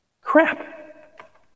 Crap